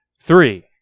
Three